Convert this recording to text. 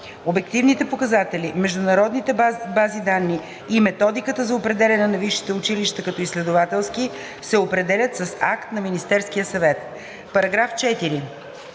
Обективните показатели, международните бази данни и методиката за определяне на висшите училища като изследователски се определят с акт на Министерския съвет.“ По § 4